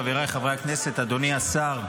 חבריי חברי הכנסת, אדוני השר,